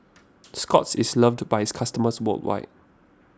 Scott's is loved by its customers worldwide